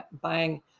buying